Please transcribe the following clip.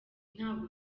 ntabwo